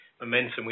momentum